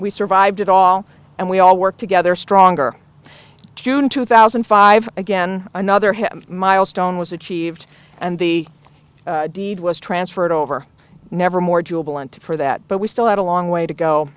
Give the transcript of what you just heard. we survived it all and we all work together stronger june two thousand and five again another him milestone was achieved and the deed was transferred over never more jubilant for that but we still had a long way to go